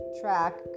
track